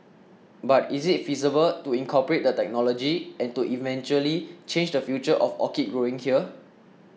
but is it feasible to incorporate the technology and to eventually change the future of orchid growing here